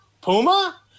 Puma